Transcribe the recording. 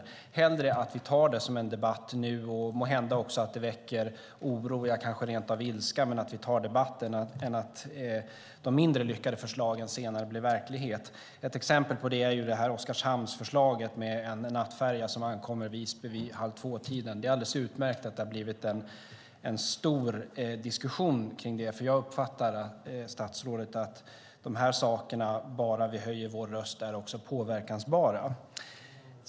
Jag ser hellre att vi tar en debatt nu, även om det måhända väcker oro och kanske rent av ilska, än att de mindre lyckade förslagen senare blir verklighet. Ett exempel på det är Oskarshamnsförslaget med en nattfärja som ankommer till Visby vid halvtvåtiden. Det är alldeles utmärkt att det har blivit en stor diskussion om det. Jag uppfattar nämligen statsrådet på ett sådant sätt att dessa saker är möjliga att påverka om vi bara höjer våra röster.